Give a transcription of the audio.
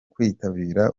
kwitabira